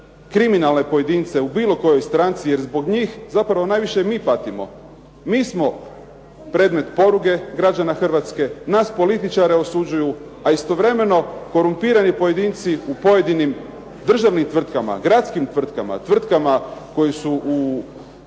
kriminalne pojedince u bilo kojoj stranci jer zbog njih najviše mi patimo, mi smo predmet poruge građana Hrvatske, nas političare osuđuju a istovremeno korumpirani pojedinci u pojedinim državnim tvrtkama, gradskim tvrtkama koje su